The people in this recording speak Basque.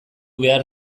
behar